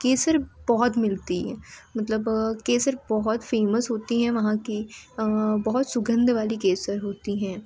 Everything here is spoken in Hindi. केसर बहुत मिलती हैं मतलब केसर बहुत फ़ेमस होती हैं वहाँ की बहुत सुगंध वाली केसर होती हैं